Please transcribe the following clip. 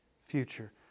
future